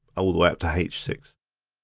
ah all the way up to h six.